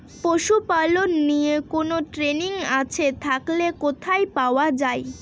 পশুপালন নিয়ে কোন ট্রেনিং আছে থাকলে কোথায় পাওয়া য়ায়?